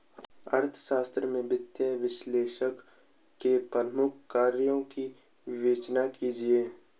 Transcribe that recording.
अर्थशास्त्र में वित्तीय विश्लेषक के प्रमुख कार्यों की विवेचना कीजिए